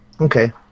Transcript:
Okay